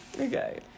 Okay